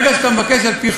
כי עורך-הדין פנה בפנייה.